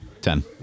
Ten